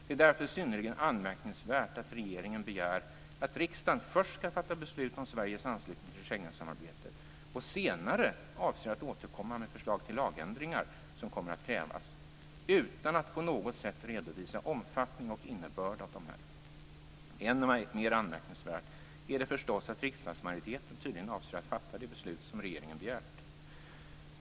Det är därför synnerligen anmärkningsvärt att regeringen begär att riksdagen först skall fatta beslut om Sveriges anslutning till Schengensamarbetet och senare avser att återkomma med de förslag till lagändringar som kommer att krävas - utan att på något sätt redovisa omfattning och innebörd av dessa. Än mer anmärkningsvärt är det förstås att riksdagsmajoriteten tydligen avser att fatta det beslut som regeringen begärt.